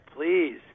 please